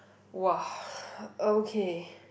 !wah! okay